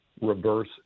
reverse